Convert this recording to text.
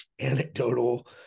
anecdotal